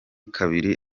kabiri